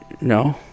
No